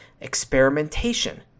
experimentation